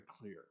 clear